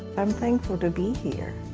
i'm thankful to be here.